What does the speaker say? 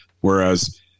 Whereas